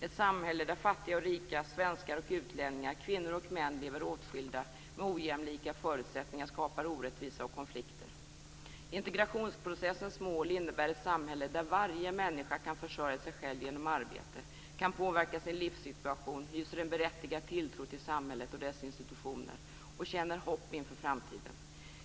Ett samhälle där fattiga och rika, svenskar och utlänningar, kvinnor och män lever åtskilda med ojämlika förutsättningar skapar orättvisa och konflikter. Integrationsprocessens mål innebär ett samhälle där varje människa kan försörja sig själv genom arbete, kan påverka sin livssituation, hyser en berättigad tilltro till samhället och dess institutioner och känner hopp inför framtiden.